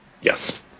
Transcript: Yes